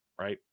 right